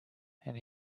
and